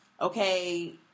okay